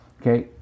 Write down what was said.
Okay